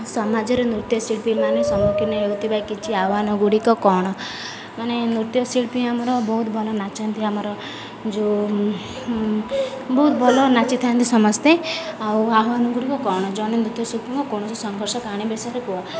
ସମାଜରେ ନୃତ୍ୟଶିଳ୍ପୀମାନେ ସମ୍ମୁଖୀନ ହେଉଥିବା କିଛି ଆହ୍ୱାନଗୁଡ଼ିକ କ'ଣ ମାନେ ନୃତ୍ୟଶିଳ୍ପୀ ଆମର ବହୁତ ଭଲ ନାଚନ୍ତି ଆମର ଯେଉଁ ବହୁତ ଭଲ ନାଚିଥାନ୍ତି ସମସ୍ତେ ଆଉ ଆହ୍ୱାନଗୁଡ଼ିକ କ'ଣ ଜଣେ ନୃତ୍ୟ ଶିଳ୍ପୀଙ୍କ କୌଣସି ସଂଘର୍ଷ କାହାଣୀ ବିଷୟରେ କୁହ